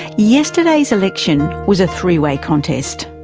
yesterday's election was a three-way contest.